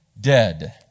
dead